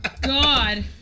God